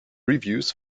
reviews